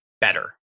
better